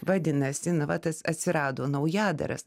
vadinasi na va tas atsirado naujadaras